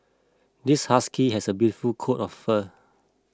this husky has a beautiful coat of fur